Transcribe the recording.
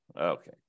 Okay